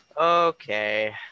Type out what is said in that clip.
Okay